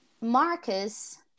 Marcus